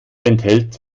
enthält